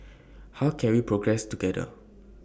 how can we progress together